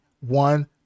One